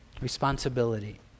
Responsibility